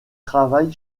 travaille